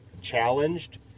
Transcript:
challenged